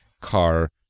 car